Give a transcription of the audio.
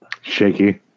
Shaky